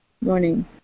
Morning